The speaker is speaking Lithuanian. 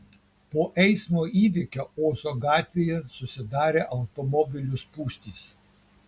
po eismo įvykio ozo gatvėje susidarė automobilių spūstys